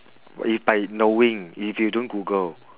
you by knowing if you don't google